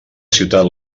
ciutat